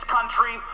country